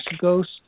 ghost